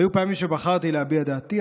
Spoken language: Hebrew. היו פעמים שבחרתי להביע את דעתי,